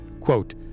quote